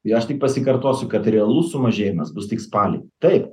tai aš tik pasikartosiu kad realus sumažėjimas bus tik spalį taip